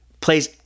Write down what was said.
plays